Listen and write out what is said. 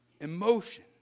Emotion